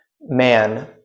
man